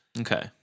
Okay